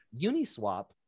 Uniswap